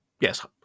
Yes